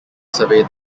survey